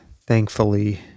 thankfully